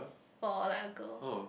for like a girl